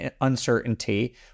uncertainty